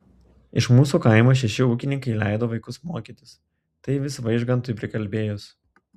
iš mūsų kaimo šeši ūkininkai leido vaikus mokytis tai vis vaižgantui prikalbėjus